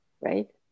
right